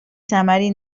ثمری